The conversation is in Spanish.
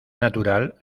natural